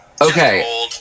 Okay